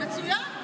מצוין.